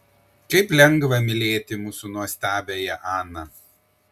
kaip lengva mylėti mūsų nuostabiąją aną